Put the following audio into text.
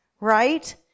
right